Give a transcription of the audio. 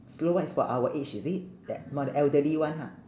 slow one is for our age is it that for the elderly [one] !huh!